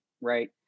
right